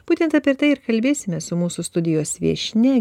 būtent apie tai ir kalbėsimė su mūsų studijos viešnia